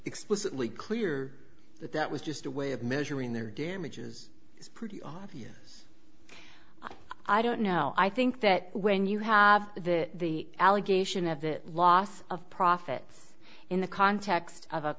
explicitly clear that that was just a way of measuring their damages it's pretty obvious i don't know i think that when you have the allegation of it loss of profits in the context of a